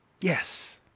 Yes